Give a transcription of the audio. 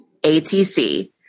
ATC